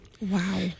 Wow